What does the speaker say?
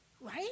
Right